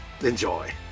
enjoy